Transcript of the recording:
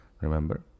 Remember